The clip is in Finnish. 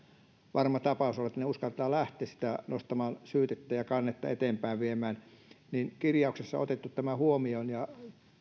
varma tapaus olla että he uskaltavat lähteä nostamaan syytettä ja viemään kannetta eteenpäin kirjauksessa on otettu tämä huomioon ja